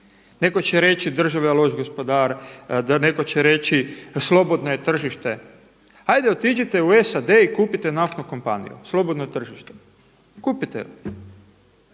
Neko će reći država je loš gospodar, neko će reći slobodno je tržište. Ajde otiđite u SAD i kupite naftnu kompaniju, slobodno tržište, kupite ju.